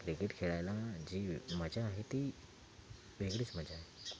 cricket खेळायला जी मजा आहे ती वेगळीच मजा आहे